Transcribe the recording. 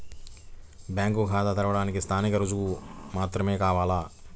Bank ఖాతా తెరవడానికి స్థానిక రుజువులు మాత్రమే కావాలా?